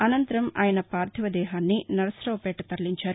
అనంతరం ఆయన పార్థివ దేహాన్ని నరసరావుపేట తరలించారు